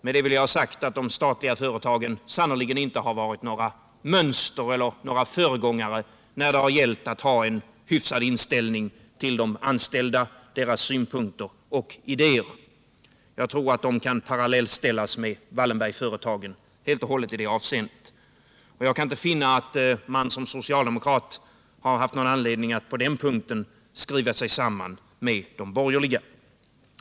Med det vill jag ha sagt att de statliga företagen sannerligen inte varit några mönster eller föregångare när det gällt att ha en hyfsad inställning till de anställda, deras synpunkter och idéer. Jag tror att de helt och hållet kan parallellställas med Wallenbergföretagen i det avseendet. Jag kan inte heller på den punkten finna att man som socialdemokrat haft anledning att skriva sig samman med de borgerliga.